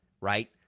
right